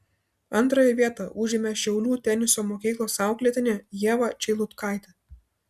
antrąją vietą užėmė šiaulių teniso mokyklos auklėtinė ieva čeilutkaitė